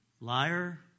Liar